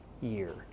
year